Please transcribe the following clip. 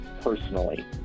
personally